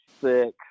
six